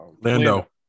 Lando